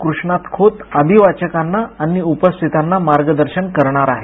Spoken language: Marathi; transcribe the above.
कृष्णात खोत अभिवाचकांना आणि उपस्थितांना मार्गदर्शन करणार आहेत